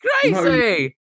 Crazy